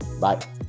Bye